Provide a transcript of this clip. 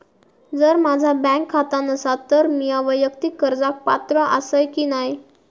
जर माझा बँक खाता नसात तर मीया वैयक्तिक कर्जाक पात्र आसय की नाय?